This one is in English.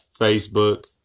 Facebook